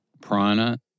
Prana